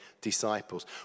disciples